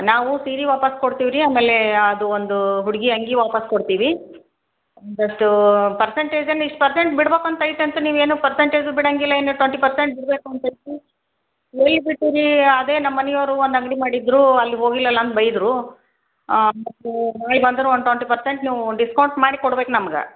ನಾವು ಸೀರೆ ವಾಪಾಸ್ ಕೊಡ್ತೀವಿ ರಿ ಆಮೇಲೆ ಅದು ಒಂದು ಹುಡುಗಿ ಅಂಗಿ ವಾಪಾಸ್ ಕೊಡ್ತೀವಿ ಬಟ್ಟೂ ಪರ್ಸಂಟೇಜೇನು ಇಷ್ಟು ಪರ್ಸೆಂಟ್ ಬಿಡ್ಬೇಕಂತೆ ಐತೆ ಅಂತ ನೀವೇನು ಪರ್ಸಂಟೇಜು ಬಿಡೋದಿಲ್ಲ ಏನಿಲ್ಲ ಟ್ವೆಂಟಿ ಪರ್ಸೆಂಟ್ ಬಿಡಬೇಕು ಅಂತೈತೆ ಎಲ್ಲಿ ಬಿಟ್ಟಿರಿ ರಿ ಅದೇ ನಮ್ಮ ಮನೆಯವರು ಒಂದು ಅಂಗಡಿ ಮಾಡಿದ್ರೂ ಅಲ್ಲಿ ಹೋಗ್ಲಿಲಲ್ಲ ಅಂದು ಬೈದರು ಮತ್ತೆ ಹೊಯಿ ಬಂದ್ರೆ ಒಂದು ಟ್ವೆಂಟಿ ಪರ್ಸೆಂಟ್ ನೀವು ಡಿಸ್ಕೌಂಟ್ ಮಾಡಿ ಕೊಡ್ಬೇಕು ನಮ್ಗೆ